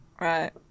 Right